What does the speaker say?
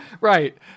right